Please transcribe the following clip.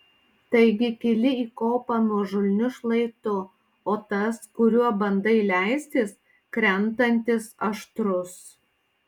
taigi kyli į kopą nuožulniu šlaitu o tas kuriuo bandai leistis krentantis aštrus